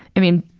i mean,